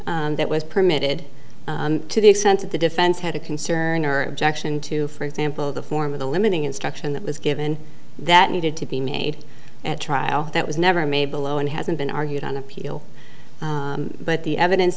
same that was permitted to the extent that the defense had a concern or objection to for example the form of the limiting instruction that was given that needed to be made at trial that was never made below and hasn't been argued on appeal but the evidence